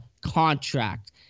contract